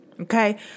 Okay